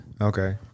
okay